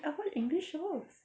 I watch english shows